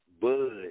Bud